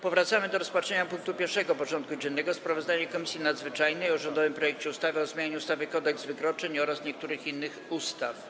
Powracamy do rozpatrzenia punktu 1. porządku dziennego: Sprawozdanie Komisji Nadzwyczajnej o rządowym projekcie ustawy o zmianie ustawy Kodeks wykroczeń oraz niektórych innych ustaw.